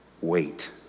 Wait